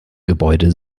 gebäude